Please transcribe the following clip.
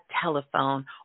telephone